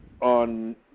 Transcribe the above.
on